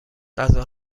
غذا